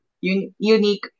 unique